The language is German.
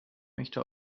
möchte